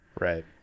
right